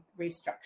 restructure